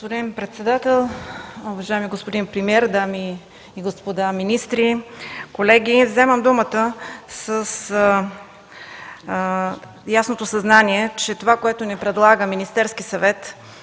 Господин председател, уважаеми господин премиер, дами и господа министри, колеги! Вземам думата с ясното съзнание, че това, което ни предлага Министерският съвет,